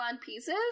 pieces